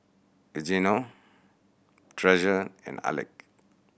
Eugenio Treasure and Alek